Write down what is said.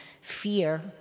fear